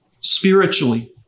spiritually